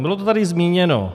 Bylo to tady zmíněno.